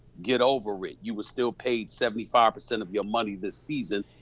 get over it. you were still paid seventy five percent of your money this season,